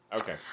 Okay